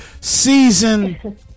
Season